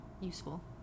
useful